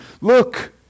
Look